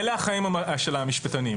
אלה החיים של המשפטנים.